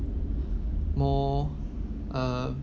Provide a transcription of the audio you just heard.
more uh